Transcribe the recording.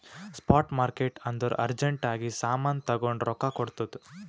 spot market ಅಂದುರ್ urgent ಆಗಿ ಸಾಮಾನ್ ತಗೊಂಡು ರೊಕ್ಕಾ ಕೊಡ್ತುದ್